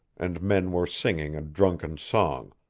and men were singing a drunken song.